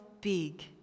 big